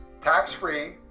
tax-free